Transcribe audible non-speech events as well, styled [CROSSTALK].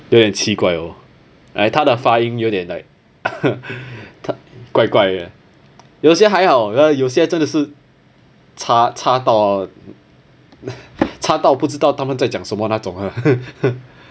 对很奇怪 oh !aiya! 他的发音有点 like 怪怪的有些还好有些真的是差差到差到不知道他们在讲什么那种 [LAUGHS]